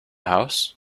house